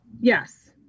Yes